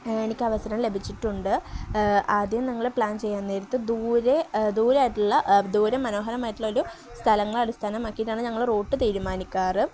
എനിക്ക് അവസരം ലഭിച്ചിട്ടുണ്ട് ആദ്യം ഞങ്ങൾ പ്ലാൻ ചെയ്യാൻ നേരത്ത് ദൂരെ ദൂരെയായിട്ടുള്ള ദൂരെ മനോഹരമായിട്ടുള്ളൊരു സ്ഥലങ്ങൾ അടിസ്ഥാനമാക്കിയിട്ടാണ് ഞങ്ങൾ റൂട്ട് തീരുമാനിക്കാറ്